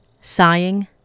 Sighing